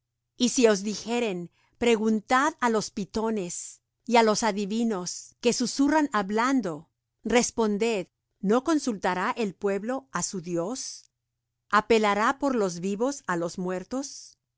y si os dijeren preguntad á los pythones y á los adivinos que susurran hablando responded no consultará el pueblo á su dios apelará por los vivos á los muertos